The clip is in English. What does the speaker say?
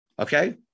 Okay